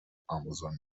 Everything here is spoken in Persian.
امازون